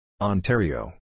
Ontario